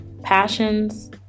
passions